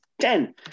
ten